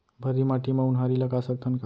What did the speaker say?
भर्री माटी म उनहारी लगा सकथन का?